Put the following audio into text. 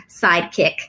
sidekick